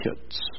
kids